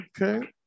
Okay